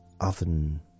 oven